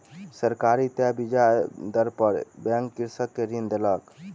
सरकारी तय ब्याज दर पर बैंक कृषक के ऋण देलक